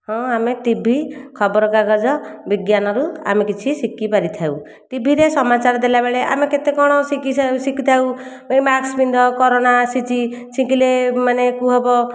ହଁ ଆମେ ଟିଭି ଖବରକାଗଜ ବିଜ୍ଞାନରୁ ଆମେ କିଛି ଶିଖି ପାରିଥାଉ ଟିଭିରେ ସମାଚାର ଦେଲାବେଳେ ଆମେ କେତେକଣ ଶିଖିଯାଉ ଓ ମାକ୍ସ ପିନ୍ଧ କରୋନା ଆସିଛି ଛିଙ୍କିଲେ ମାନେ କୁ ହେବ